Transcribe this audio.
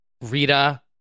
Rita